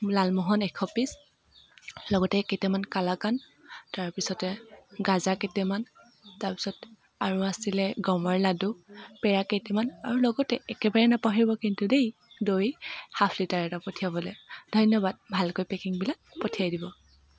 লালমোহন এশ পিছ লগতে কেইটামান কালাকান তাৰ পিছতে গাজা কেইটামান তাৰপিছত আৰু আছিলে গমৰ লাডু পেৰা কেইটামান আৰু লগতে একেবাৰে নাপাহৰিব কিন্তু দেই দৈ হাফ লিটাৰ এটা পঠিয়াবলৈ ধন্যবাদ ভালকৈ পেকিংবিলাক পঠিয়াই দিব